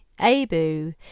Abu